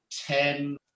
ten